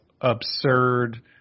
absurd